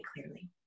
clearly